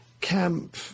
camp